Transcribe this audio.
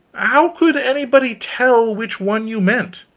how could anybody tell which one you meant?